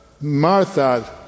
Martha